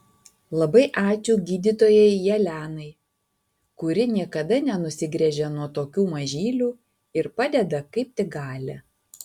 labai ačiū gydytojai jelenai kuri niekada nenusigręžia nuo tokių mažylių ir padeda kaip tik gali